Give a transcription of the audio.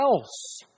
else